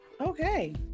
okay